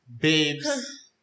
babes